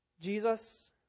Jesus